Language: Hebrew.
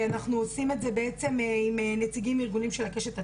אנחנו עושים את זה בעצם עם נציגים של הארגונים של הקשת הטרנסית,